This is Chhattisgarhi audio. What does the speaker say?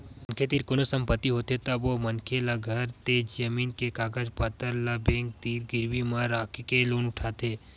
मनखे तीर कोनो संपत्ति होथे तब ओ मनखे ल घर ते जमीन के कागज पतर ल बेंक तीर गिरवी म राखके लोन उठाथे